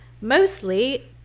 mostly